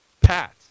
Pat